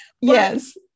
Yes